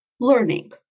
learning